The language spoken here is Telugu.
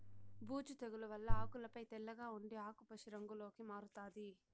బూజు తెగుల వల్ల ఆకులపై తెల్లగా ఉండి ఆకు పశు రంగులోకి మారుతాది